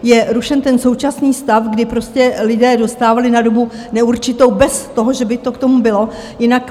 Je rušen současný stav, kdy je lidé dostávali na dobu neurčitou bez toho, že by to k tomu bylo jinak.